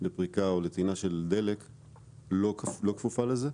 לצורך פריקת או טעינת דלק אינן כפופות לזה?